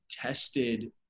tested